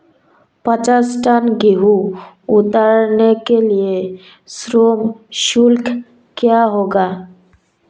पचास टन गेहूँ उतारने के लिए श्रम शुल्क क्या होगा?